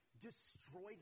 destroyed